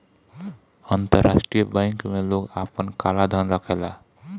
अंतरराष्ट्रीय बैंक में लोग आपन काला धन रखेला